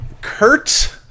Kurt